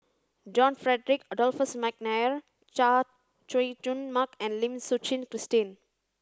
John Frederick Adolphus McNair Chay Jung Jun Mark and Lim Suchen Christine